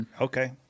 Okay